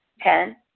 Ten